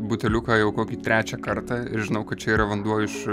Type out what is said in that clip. buteliuką jau kokį trečią kartą ir žinau kad čia yra vanduo iš